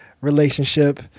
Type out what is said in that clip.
relationship